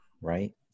right